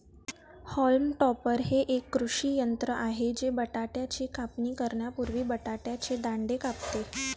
haulm topper हे एक कृषी यंत्र आहे जे बटाट्याची कापणी करण्यापूर्वी बटाट्याचे दांडे कापते